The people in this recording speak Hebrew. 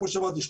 כמו שאמרתי,